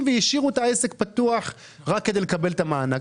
והשאירו את העסק פתוח רק כדי לקבל את המענק,